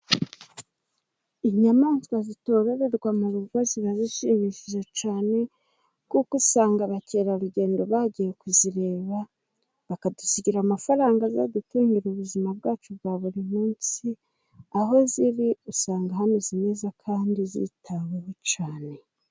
Inyamaswa zitororerwa mu rugo ziba zishimishije cane, kuko usanga abakerarugendo bagiye kuzireba bakadusigira amafaranga azadutungira ubuzima bwacu bwa buri munsi. Aho ziri usanga hameze neza kandi zitaweho cane.